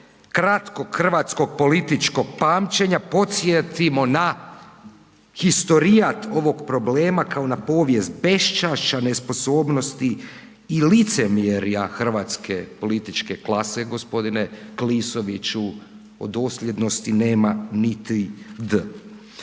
kratkog hrvatskog političkog pamćenja podsjetimo na historijat ovog problema kao na povijest beščašća, nesposobnosti i licemjerja hrvatske političke klase g. Klisoviću, o dosljednosti nema niti D.